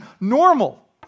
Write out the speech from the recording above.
normal